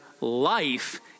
life